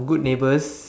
good neighbours